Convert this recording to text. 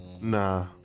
Nah